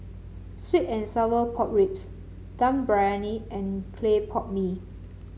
sweet and Sour Pork Ribs Dum Briyani and Clay Pot Mee